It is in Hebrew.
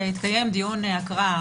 ויתקיים דיון הקראה.